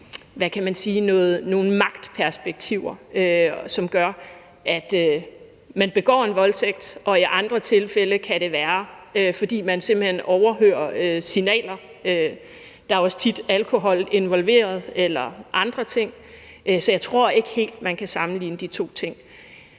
hvad kan man sige, nogle magtperspektiver, som gør, at man begår voldtægt. Og i andre tilfælde kan det være, fordi man simpelt hen overhører signaler. Der er også tit alkohol involveret eller andre ting, så jeg tror ikke helt, at man kan sammenligne de to ting.